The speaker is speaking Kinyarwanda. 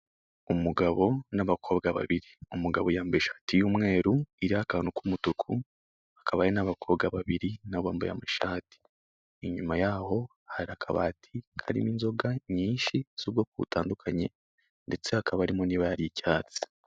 Umugabo n'abakobwa babiri, umugabo yambaye ishati y'umweru iriho akantu k'umutuku, hakaba hari n'abakobwa babiri nabo bambaye amashati. Inyuma yaho hari akabati karimo inzoga nyinshi z'ubwoko butandukanye ndetse hakaba harimo n'ibara ry'icyatsi.